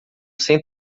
sem